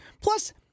Plus